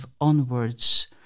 onwards